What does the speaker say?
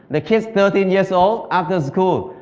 the kids, thirteen years old, at the school,